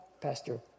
Pastor